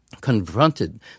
confronted